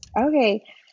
Okay